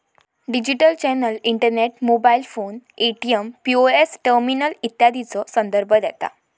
digital channel internet, mobile phone, ATM, POS terminal इत्यादीचो संदर्भ देता